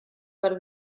per